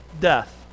death